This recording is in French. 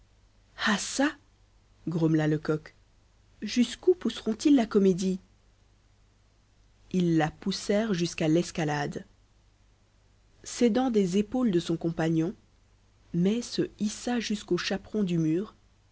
ah ça grommela lecoq jusqu'où pousseront ils la comédie ils la poussèrent jusqu'à l'escalade s'aidant des épaules de son compagnon mai se hissa jusqu'au chaperon du mur